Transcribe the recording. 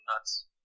nuts